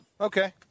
Okay